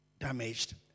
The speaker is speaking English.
Damaged